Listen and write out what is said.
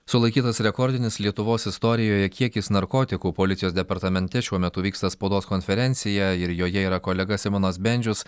sulaikytas rekordinis lietuvos istorijoje kiekis narkotikų policijos departamente šiuo metu vyksta spaudos konferencija ir joje yra kolega simonas bendžius